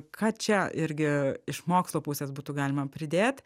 ką čia irgi iš mokslo pusės būtų galima pridėt